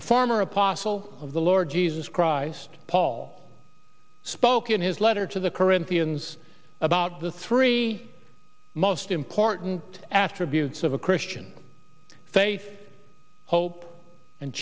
a former apostle of the lord jesus christ paul spoke in his letter to the corinthians about the three most important attributes of a christian faith hope and